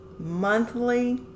monthly